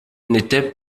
n’était